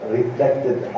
reflected